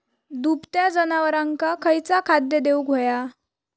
दुभत्या जनावरांका खयचा खाद्य देऊक व्हया?